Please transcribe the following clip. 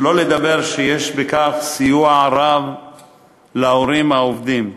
שלא להגיד שיש בכך סיוע רב להורים העובדים.